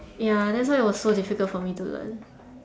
ya that's why it was so difficult for me to learn